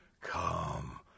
Come